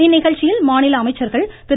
இந்நிகழ்ச்சியில் மாநில அமைச்சர்கள் திரு